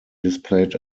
displayed